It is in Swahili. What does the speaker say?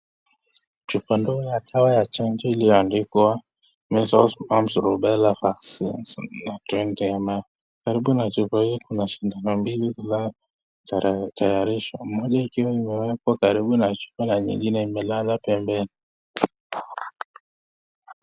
Chupa ndogo ya dawa ya chanjo iliyoandikwa measles mumps rubella vaccines 20 ml karibu na chupa hii Kuna sindano mbili za rangi, Moja ikiwa imewekwa karibu na chupa na lingine umelala Pembeni .